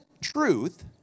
truth